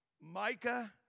Micah